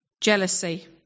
jealousy